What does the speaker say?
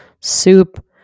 soup